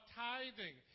tithing